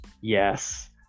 Yes